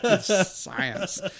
science